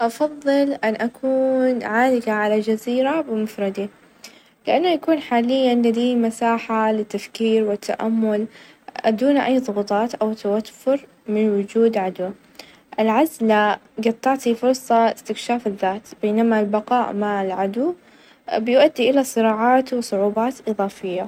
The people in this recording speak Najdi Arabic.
أفظل إن أحس ببرودة شديدة؛ لإنه يمكن دايما إضافة ملابس، أو استخدام وسيلة تدفئة، بينما الحر الشديد يكون أكثر إزعاج ،وصعوبة في التكيف معاه البرودة تعطي شعور بالإنتعاش يمكن يمديني يعني استمتع بالنشاط والشتوية.